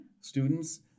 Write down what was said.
students